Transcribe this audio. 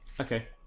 Okay